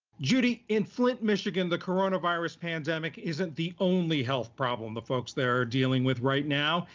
judy, in flint, michigan, the coronavirus pandemic isn't the only health problem the folks there are dealing with right now.